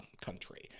country